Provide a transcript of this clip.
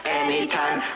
anytime